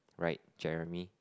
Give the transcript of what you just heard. right Jeremy